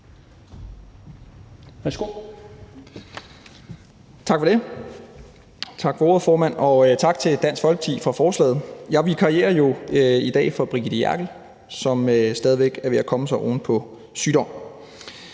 Tak for ordet, formand, og tak til Dansk Folkeparti for forslaget. Jeg vikarierer i dag for fru Brigitte Klintskov Jerkel, som stadig væk er ved at komme sig oven på sygdom.